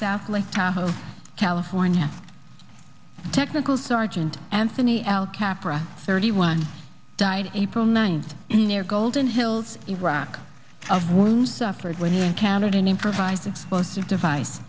south lake tahoe california technical sergeant anthony l capra thirty one died april ninth in their golden hills iraq of wounds suffered when here in canada an improvised explosive device